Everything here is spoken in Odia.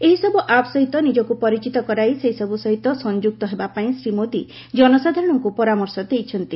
ଏହିସବୁ ଆପ୍ ସହିତ ନିଜକୁ ପରିଚିତ କରାଇ ସେସବୁ ସହିତ ସଂଯୁକ୍ତ ହେବାପାଇଁ ଶ୍ରୀ ମୋଦି ଜନସାଧାରଣଙ୍କୁ ପରାମର୍ଶ ଦେଇଛନ୍ତି